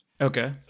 Okay